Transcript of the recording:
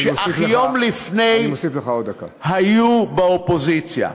שאך יום לפני היו באופוזיציה.